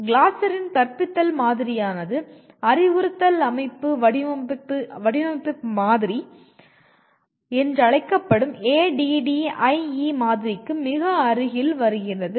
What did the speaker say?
கிளாசரின் கற்பித்தல் மாதிரியானது அறிவுறுத்தல் அமைப்பு வடிவமைப்பு மாதிரி என்று அழைக்கப்படும் ADDIE மாதிரிக்கு மிக அருகில் வருகிறது